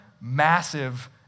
massive